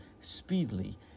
speedily